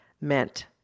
meant